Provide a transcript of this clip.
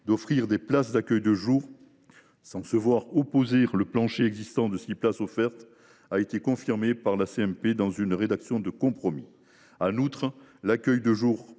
d’offrir des places d’accueil de jour sans se voir opposer le plancher existant de places offertes a été confirmée par la commission mixte paritaire dans une rédaction de compromis. En outre, l’accueil de jour